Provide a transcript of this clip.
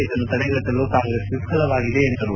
ಇದನ್ನು ತಡೆಗಟ್ಲಲು ಕಾಂಗ್ರೆಸ್ ವಿಫಲವಾಗಿದೆ ಎಂದರು